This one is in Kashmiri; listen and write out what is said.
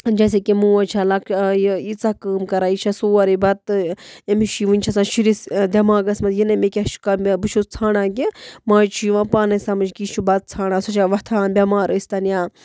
جیسے کہِ موج چھےٚ لَکچا یہِ ییٖژاہ کٲم کَران یہِ چھےٚ سورُے بَتہٕ أمِس چھِ وٕنۍ چھِ آسان شُرِس دٮ۪ماغَس منٛز یِنَے مےٚ کیٛاہ چھِ کَہ مےٚ بہٕ چھُس ژھانٛڈان کہِ ماجہِ چھُ یِوان پانَے سَمٕجھ کہِ یہِ چھُ بَتہٕ ژھانٛڈان سُہ چھےٚ وۄتھان بٮ۪مار ٲسۍتَن یا